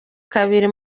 kabiri